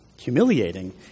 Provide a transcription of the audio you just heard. humiliating